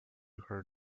her